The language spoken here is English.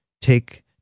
take